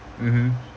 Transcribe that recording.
mmhmm